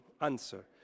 answer